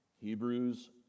Hebrews